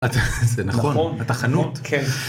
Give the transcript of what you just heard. זה נכון, התחנות.